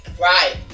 Right